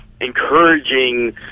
encouraging